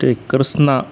ट्रेकर्सना